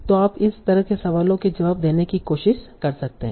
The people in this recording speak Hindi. तो आप इस तरह के सवालों के जवाब देने की कोशिश कर सकते हैं